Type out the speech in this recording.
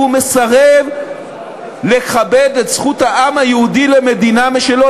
מסרב לכבד את זכות העם היהודי למדינה משלו,